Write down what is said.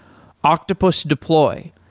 octopus deploy,